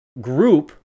group